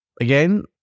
again